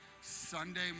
Sunday